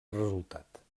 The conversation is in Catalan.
resultat